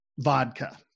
vodka